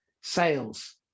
sales